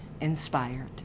inspired